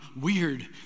weird